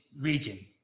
region